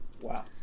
Wow